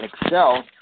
excel